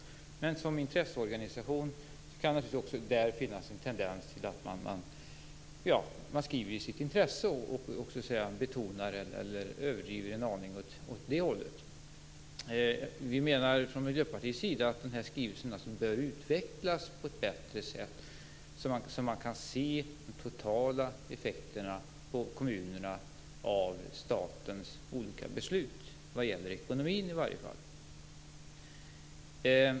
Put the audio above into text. Men eftersom det är en intresseorganisation kan det naturligtvis också där finnas en tendens till att man skriver i sitt intresse och betonar eller överdriver en aning åt det hållet. Vi menar alltså från Miljöpartiets sida att den här skrivelsen bör utvecklas på ett bättre sätt så att man kan se de totala effekterna för kommunerna av statens olika beslut vad gäller ekonomin i varje fall.